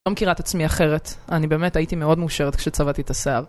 לא מכירה את עצמי אחרת, אני באמת הייתי מאוד מאושרת כשצבעתי את השיער.